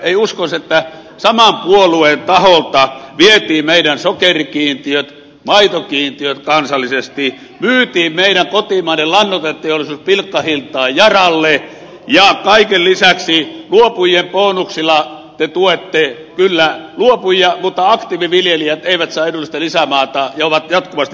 ei uskoisi että saman puolueen taholta vietiin meidän sokerikiintiömme maitokiintiöt kansallisesti myytiin kotimainen lannoiteteollisuus pilkkahintaan yaralle ja kaiken lisäksi luopujien bonuksilla te tuette kyllä luopujia mutta aktiiviviljelijät eivät saa edullista lisämaata ja ovat jatkuvasti vaikeuksissa